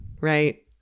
right